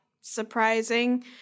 surprising